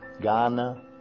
Ghana